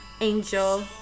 angel